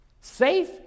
Safe